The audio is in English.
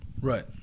right